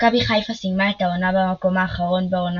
מכבי חיפה סיימה את העונה במקום האחרון בעונה